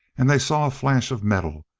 and they saw a flash of metal,